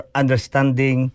understanding